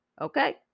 Okay